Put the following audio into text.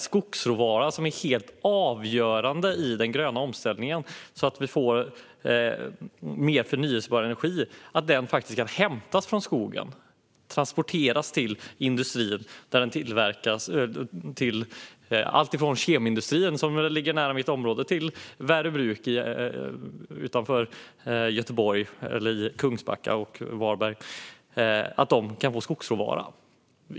Skogsråvaran, som är helt avgörande i den gröna omställningen så att vi får mer förnybar energi, måste kunna hämtas från skogen och transporteras till allt från kemiindustrin nära mitt hemområde till Värö bruk i Varbergs kommun.